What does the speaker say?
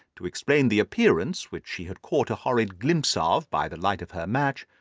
to explain the appearance which she had caught a hurried glimpse of by the light of her match,